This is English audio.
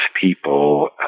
people